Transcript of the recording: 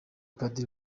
padiri